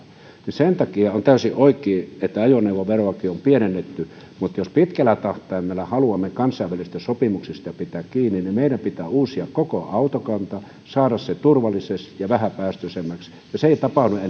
sen takia on täysin oikein että ajoneuvoveroakin on pienennetty mutta jos pitkällä tähtäimellä haluamme kansainvälisistä sopimuksista pitää kiinni niin meidän pitää uusia koko autokanta saada se turvalliseksi ja vähäpäästöisemmäksi se ei tapahdu ennen kuin